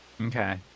okay